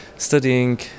studying